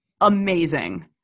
amazing